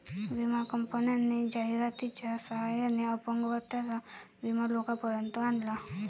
विमा कंपन्यांनी जाहिरातीच्या सहाय्याने अपंगत्वाचा विमा लोकांपर्यंत आणला